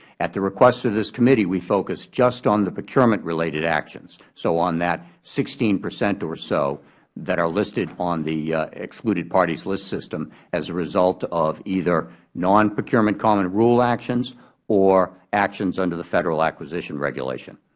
at the request of this committee, we focused just on the procurement-related actions. so on that sixteen percent or so that are listed on the excluded parties list system as a result of either non-procurement common rule actions or actions under the federal acquisition regulation.